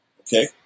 okay